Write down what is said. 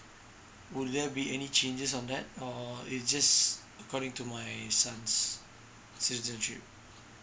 would there be any changes on that or it's just according to my son's citizenship